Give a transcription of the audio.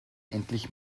endlich